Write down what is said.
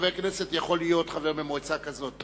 שחבר כנסת יכול להיות במועצה כזאת.